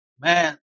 Man